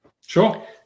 sure